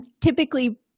typically